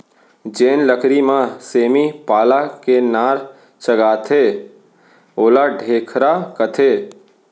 जेन लकरी म सेमी पाला के नार चघाथें ओला ढेखरा कथें